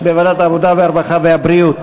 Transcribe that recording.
העבודה, הרווחה והבריאות